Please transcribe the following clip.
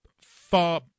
far